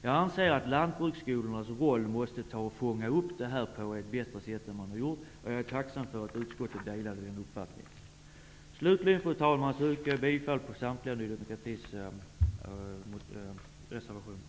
Jag anser att lantbruksskolorna måste fånga upp detta på ett bättre sätt än de har gjort hittills, och jag är tacksam för att utskottet delar den uppfattningen. Slutligen, fru talman, yrkar jag bifall till samtliga